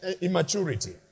immaturity